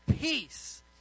peace